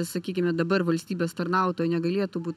sakykime dabar valstybės tarnautojai negalėtų būt